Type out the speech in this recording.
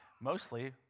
mostly